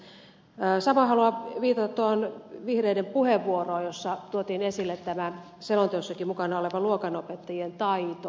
samoin haluan viitata tuohon vihreiden puheenvuoroon jossa tuotiin esille tämä selonteossakin mukana oleva luokanopettajien taito